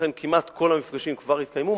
ולכן כמעט כל המפגשים כבר התקיימו,